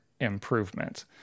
improvement